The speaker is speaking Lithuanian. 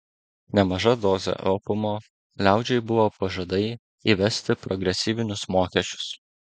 nemaža dozė opiumo liaudžiai buvo pažadai įvesti progresyvinius mokesčius